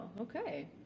okay